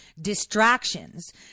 distractions